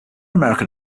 american